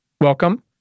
Welcome